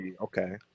okay